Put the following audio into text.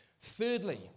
Thirdly